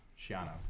Shiano